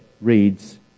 reads